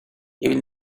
even